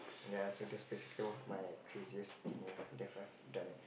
ya so that's basically one of my craziest thing ah that I've done